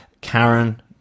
Karen